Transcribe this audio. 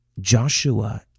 joshua